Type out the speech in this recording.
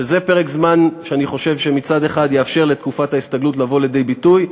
שזה פרק זמן שאני חושב שמצד אחד יאפשר לתקופת ההסתגלות לבוא לידי ביטוי,